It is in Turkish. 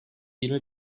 yirmi